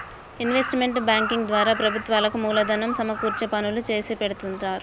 investment banking ద్వారా ప్రభుత్వాలకు మూలధనం సమకూర్చే పనులు చేసిపెడుతుంటారు